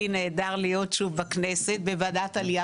לי נהדר להיות שוב בכנסת בוועדת העלייה